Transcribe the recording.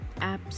apps